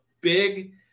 big